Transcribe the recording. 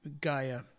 Gaia